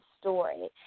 story